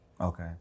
Okay